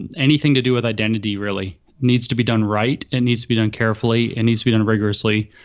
and anything to do with identity, really needs to be done right. it and needs to be done carefully. it needs to be done rigorously.